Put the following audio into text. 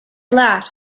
laughed